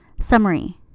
Summary